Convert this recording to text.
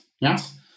Yes